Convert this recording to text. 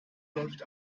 läuft